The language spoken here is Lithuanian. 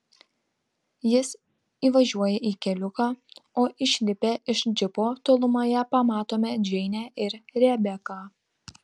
jis įvažiuoja į keliuką o išlipę iš džipo tolumoje pamatome džeinę ir rebeką